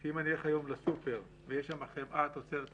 אם אלך היום לסופר ויש שם חמאה תוצרת ישראל,